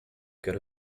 quero